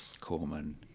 Corman